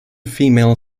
female